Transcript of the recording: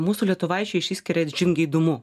mūsų lietuvaičiai išsiskiria žingeidumu